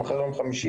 מחר יום חמישי,